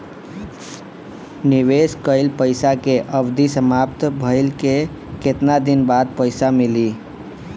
निवेश कइल पइसा के अवधि समाप्त भइले के केतना दिन बाद पइसा मिली?